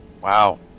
Wow